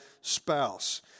spouse